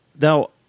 now